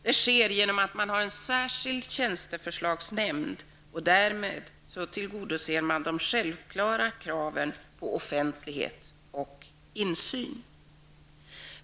Det sker genom att man har en särskild tjänsteförslagsnämnd, och därmed tillgodoser man de självklara kraven på offentlighet och insyn.